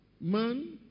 man